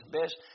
best